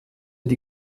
die